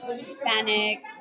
Hispanic